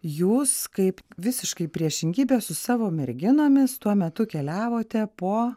jūs kaip visiškai priešingybė su savo merginomis tuo metu keliavote po